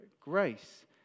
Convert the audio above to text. Grace